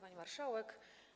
Pani Marszałek!